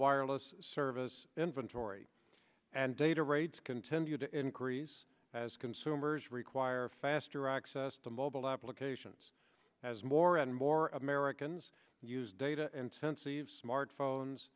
wireless service inventory and data rates continue to increase as consumers require faster access to mobile applications as more and more americans use data and since eve smartphones